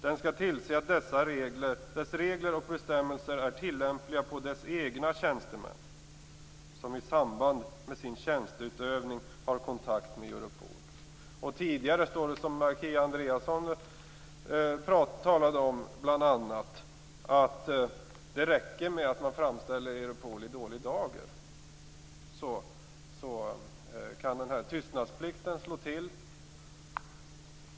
Den skall tillse att dess regler och bestämmelser är tilllämpliga på dess egna tjänstemän som i samband med sin tjänsteutövning har kontakt med Europol." Det räcker, som Kia Andreasson bl.a. nämnde, med att Europol framställs i dålig dager för att tystnadsplikten skall kunna slå till.